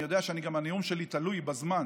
אני יודע שגם הנאום שלי תלוי בזמן,